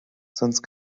sonst